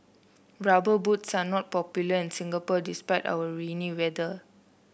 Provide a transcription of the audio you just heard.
rubber boots are not popular in Singapore despite our rainy weather